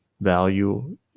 value